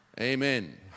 Amen